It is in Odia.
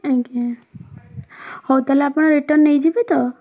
ଆଜ୍ଞା ହଉ ତା'ହେଲେ ଆପଣ ରିଟର୍ଣ୍ଣ ନେଇଯିବେ ତ